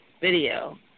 video